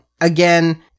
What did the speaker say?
again